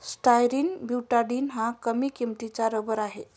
styrene butadiene हा कमी किंमतीचा रबर आहे